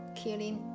killing